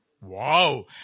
Wow